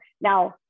Now